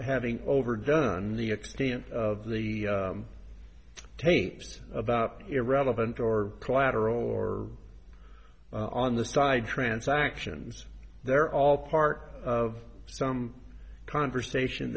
having overdone the extent of the tapes about irrelevant or collateral or on the side transactions they're all part of some conversation